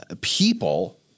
people